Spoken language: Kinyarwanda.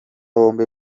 bombi